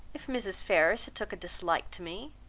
if mrs. ferrars had took a dislike to me.